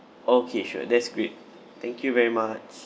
okay sure that's great thank you very much